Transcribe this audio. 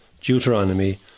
Deuteronomy